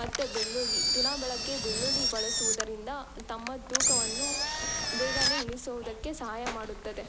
ಮತ್ತೆ ಬೆಳ್ಳುಳ್ಳಿ ದಿನಾ ಬೆಳಗ್ಗೆ ಬೆಳ್ಳುಳ್ಳಿ ಬಳಸುವುದರಿಂದ ತಮ್ಮ ತೂಕವನ್ನು ಬೇಗನೇ ಇಳಿಸೋದಕ್ಕೆ ಸಹಾಯ ಮಾಡುತ್ತದೆ